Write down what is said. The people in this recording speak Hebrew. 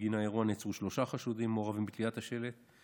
בגין האירוע נעצרו שלושה חשודים המעורבים בתליית השלט.